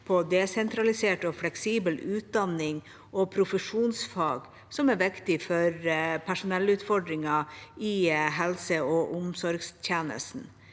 på desentralisert og fleksibel utdanning og profesjonsfag prioriteres, noe som er viktig for personellutfordringen i helse- og omsorgstjenesten.